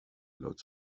lots